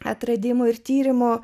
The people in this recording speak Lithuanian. atradimo ir tyrimo